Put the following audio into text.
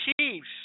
Chiefs